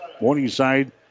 Morningside